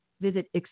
Visit